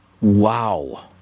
Wow